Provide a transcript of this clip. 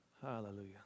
Hallelujah